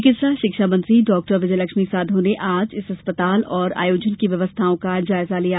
चिकित्सा शिक्षा मंत्री डॉ विजयलक्ष्मी साधौ ने आज इस अस्पताल और आयोजन की व्यवस्थाओं का जायजा लिया